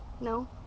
No